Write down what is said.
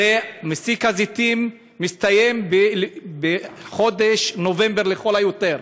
הרי מסיק הזיתים מסתיים בחודש נובמבר לכל היותר.